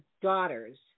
daughters